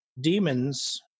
demons